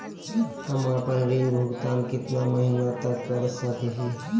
हम आपन ऋण भुगतान कितना महीना तक कर सक ही?